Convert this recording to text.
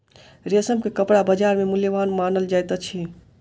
रेशम के कपड़ा बजार में मूल्यवान मानल जाइत अछि